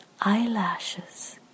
eyelashes